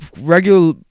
regular